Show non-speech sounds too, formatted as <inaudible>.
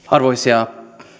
<unintelligible> arvoisa